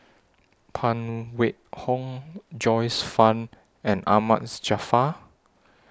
Phan Wait Hong Joyce fan and Ahmad Jaafar